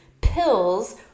pills